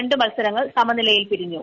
ര്ണ്ട് മത്സരങ്ങൾ സമനിലയിൽ പിരിഞ്ഞു